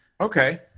Okay